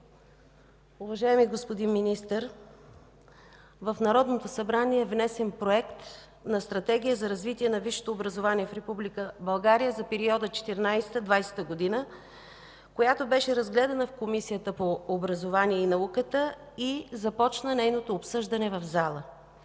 Уважаеми господин Министър, в Народното събрание е внесен проект на „Стратегия за развитие на висшето образование в Република България за периода 2014 – 2020 г.”, която беше разгледана в Комисията по образованието и науката и започна нейното обсъждане в залата.